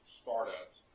startups